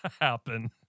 happen